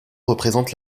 représente